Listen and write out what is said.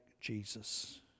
jesus